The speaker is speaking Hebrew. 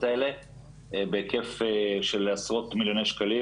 האלה בהיקף של עשרות מיליוני שקלים.